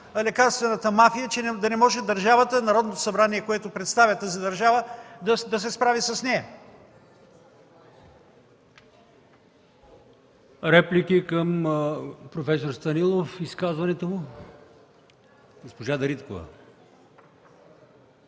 лекарствената мафия, че да не може държавата, Народното събрание, което представя тази държава, да се справи с нея? ПРЕДСЕДАТЕЛ АЛИОСМАН ИМАМОВ: Реплики към проф. Станилов и изказването му? Госпожа Дариткова.